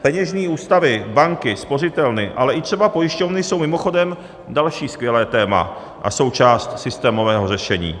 Peněžní ústavy, banky, spořitelny, ale třeba i pojišťovny jsou mimochodem další skvělé téma a součást systémového řešení.